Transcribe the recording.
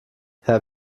herr